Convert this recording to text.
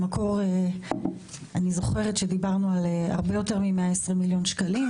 במקור אני זוכרת שדיברנו על הרבה יותר מ-120 מיליון שקלים.